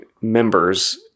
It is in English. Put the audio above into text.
members